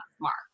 mark